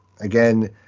Again